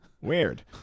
weird